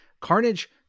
Carnage